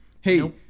Hey